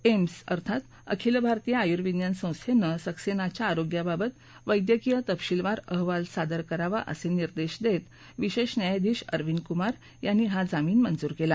AIIMS अर्थात अखिल भारतीय आयुर्विज्ञान संस्थेनं सक्सेनाच्या आरोग्याबाबत वैद्यकीय तपशीलवार अहवाल सादर करावा असे निर्देश देत विशेष न्यायाधीश अरविंद कुमार यांनी हा जामीन मंजूर केला